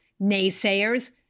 naysayers